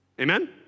Amen